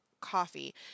coffee